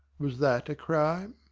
was that a crime?